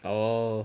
oh